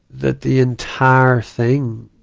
that the entire thing,